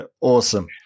awesome